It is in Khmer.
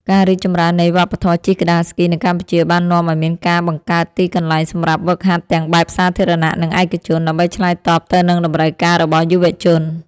ការរីកចម្រើននៃវប្បធម៌ជិះក្ដារស្គីនៅកម្ពុជា បាននាំឱ្យមានការបង្កើតទីកន្លែងសម្រាប់ហ្វឹកហាត់ទាំងបែបសាធារណៈ និងឯកជន ដើម្បីឆ្លើយតបទៅនឹងតម្រូវការរបស់យុវជន។